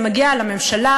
זה מגיע לממשלה,